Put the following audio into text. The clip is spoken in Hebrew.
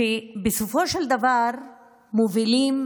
בסופו של דבר מובילים,